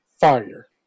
fire